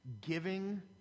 giving